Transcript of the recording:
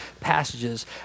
passages